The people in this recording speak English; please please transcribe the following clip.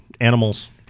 Animals